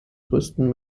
grössten